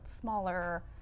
smaller